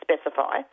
specify